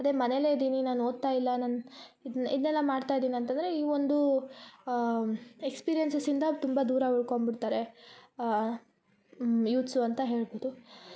ಅದೇ ಮನೇಲೆ ಇದೀನಿ ನಾನು ಓದ್ತಾಯಿಲ್ಲ ಇದನ್ನೆಲ್ಲ ಮಾಡ್ತಾಯಿದ್ದೀನಿ ಅಂತಂದರೆ ಈ ಒಂದು ಎಕ್ಸ್ಪೀರಿಯೆನ್ಸಸ್ಯಿಂದ ತುಂಬ ದೂರ ಉಳ್ಕೊಂಬಿಡ್ತಾರೆ ಯುತ್ಸು ಅಂತ ಹೇಳ್ಬೋದು